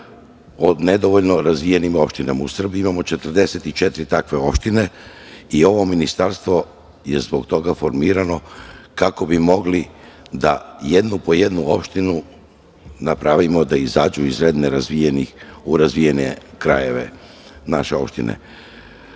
o nedovoljno razvijenim opštinama u Srbiji, a imamo ih 44 takve opštine i ovo ministarstvo je zbog toga i formirano kako bi mogli da jednu po jednu opštinu napravimo da izađu iz reda nerazvijenih u razvijene krajeve naše opštine. Uvek